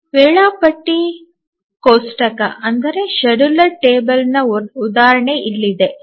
ವೇಳಾಪಟ್ಟಿ ಕೋಷ್ಟಕದ ಉದಾಹರಣೆ ಇಲ್ಲಿದೆ